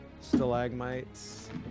stalagmites